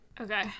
Okay